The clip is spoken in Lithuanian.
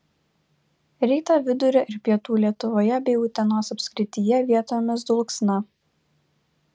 rytą vidurio ir pietų lietuvoje bei utenos apskrityje vietomis dulksna